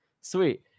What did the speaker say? Sweet